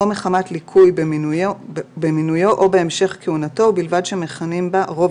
או מחמת ליקוי במינויו או בהמשך כהונתו ובלבד שמכהנים בה רוב